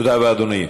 תודה רבה, אדוני.